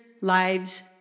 lives